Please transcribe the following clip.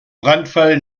brandfall